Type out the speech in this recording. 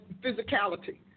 physicality